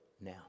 now